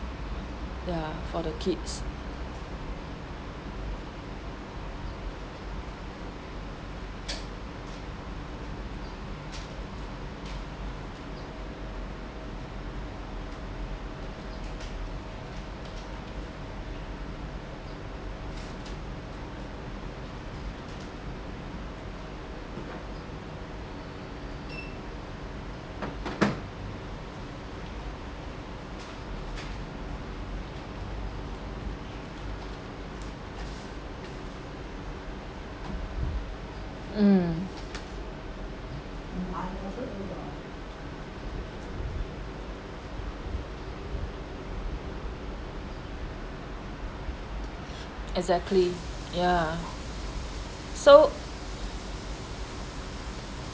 ya for the kids mm exactly yeah so